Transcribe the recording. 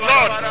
Lord